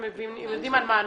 הם יודעים על מה הנושא.